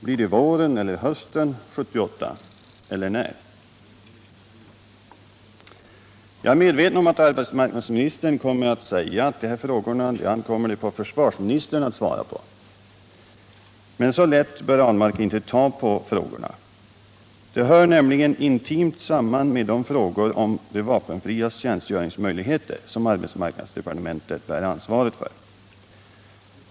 Blir det våren eller hösten 1978, eller när? Jag är medveten om att arbetsmarknadsministern kommer att säga att det ankommer på försvarsministern att svara på dessa frågor. Men så lätt bör Per Ahlmark inte ta på dem. De hör nämligen intimt samman med de frågor om de vapenfrias tjänstgöringsmöjligheter som arbetsmarknadsdepartementet bär ansvaret för.